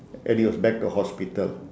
and he was back to hospital